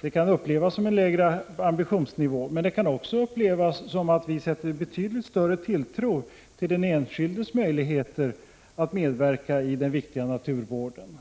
Det kan upplevas som att vi har en lägre ambitionsnivå, men det kan också upplevas som att vi sätter betydligt större tilltro till den enskildes möjligheter att medverka i det viktiga naturvårdsarbetet.